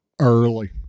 Early